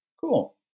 Cool